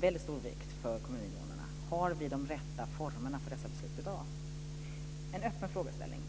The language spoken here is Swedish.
väldigt stor vikt för kommuninvånarna har de rätta formerna för dessa beslut i dag. En öppen frågeställning.